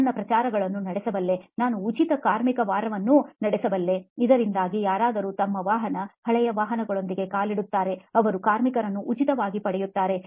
ನಾನು ಪ್ರಚಾರಗಳನ್ನು ನಡೆಸಬಲ್ಲೆ ನಾನು ಉಚಿತ ಕಾರ್ಮಿಕ ವಾರವನ್ನು ನಡೆಸಬಲ್ಲೆ ಇದರಿಂದಾಗಿ ಯಾರಾದರೂ ತಮ್ಮ ವಾಹನ ಹಳೆಯ ವಾಹನಗಳೊಂದಿಗೆ ಕಾಲಿಡುತ್ತಾರೆ ಅವರು ಕಾರ್ಮಿಕರನ್ನು ಉಚಿತವಾಗಿ ಪಡೆಯುತ್ತಾರೆ